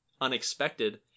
unexpected